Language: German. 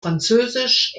französisch